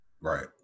Right